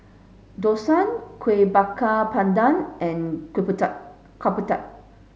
Dosa Kueh Bakar Pandan and Ketupat